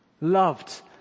loved